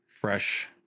fresh